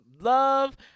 love